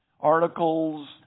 articles